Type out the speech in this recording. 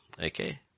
Okay